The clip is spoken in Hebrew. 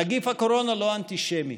נגיף הקורונה לא אנטישמי.